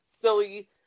silly